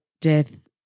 death